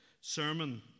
sermon